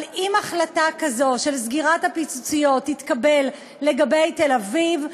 אבל אם החלטה כזאת של סגירת הפיצוציות תתקבל לגבי תל-אביב,